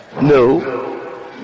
No